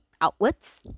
outwards